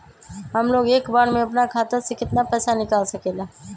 हमलोग एक बार में अपना खाता से केतना पैसा निकाल सकेला?